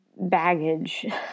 baggage